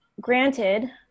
granted